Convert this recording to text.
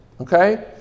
Okay